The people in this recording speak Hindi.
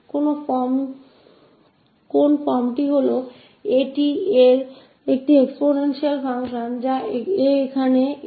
तो क्या फॉर्म है exponential function at का जहा a है ln2